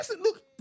look